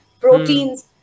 proteins